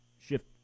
shift